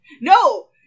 No